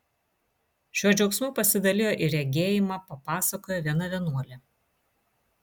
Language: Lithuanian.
šiuo džiaugsmu pasidalijo ir regėjimą papasakojo viena vienuolė